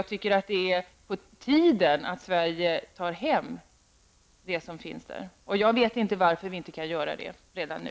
Det är enligt min uppfattning på tiden att Sverige tar hem det som finns där. Jag förstår inte varför vi inte kan göra det redan nu.